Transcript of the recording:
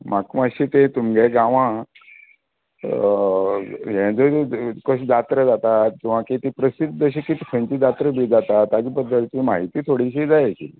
म्हाक् मातशी ते तुमगें गांवा ये बी कशें जात्रा जाता किंवां कितें कशी कितें खंयचें जात्रा बी जातात ताच्या बद्दलची म्हायती थोडिशीं जांय आशिल्ली